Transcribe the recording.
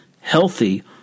healthy